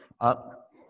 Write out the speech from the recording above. up